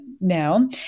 now